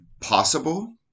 possible